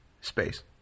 space